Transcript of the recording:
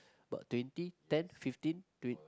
but twenty ten fifteen three